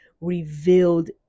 revealed